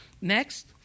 Next